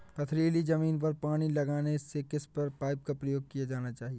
पथरीली ज़मीन पर पानी लगाने के किस पाइप का प्रयोग किया जाना चाहिए?